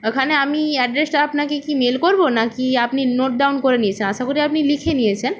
ওখানে আমি অ্যাড্রেসটা আপনাকে কি মেল করব না কি আপনি নোট ডাউন করে নিয়েছেন আশা করি আপনি লিখে নিয়েছেন